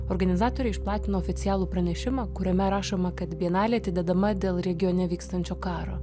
organizatoriai išplatino oficialų pranešimą kuriame rašoma kad bienalė atidedama dėl regione vykstančio karo